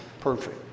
perfect